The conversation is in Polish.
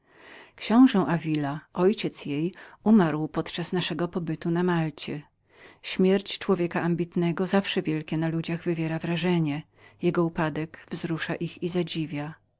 znajdowała książe davila ojciec jej umarł podczas naszego pobytu na malcie śmierć człowieka chciwego zaszczytów zawsze wielkie na ludziach wywiera wrażenie jestto upadek który zawsze jeżeli ich nie